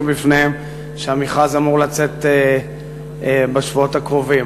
לפניהם שהמכרז עומד לצאת בשבועות הקרובים.